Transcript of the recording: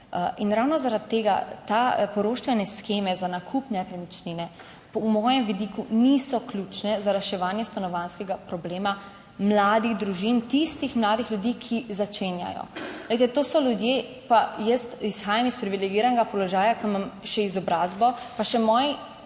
in ravno zaradi tega te poroštvene sheme za nakup nepremičnine po mojem vidiku niso ključne za reševanje stanovanjskega problema mladih družin, tistih mladih ljudi, ki začenjajo. Glejte, to so ljudje, pa jaz izhajam iz privilegiranega položaja, ko imam še izobrazbo, pa še moji